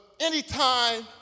anytime